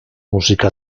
musika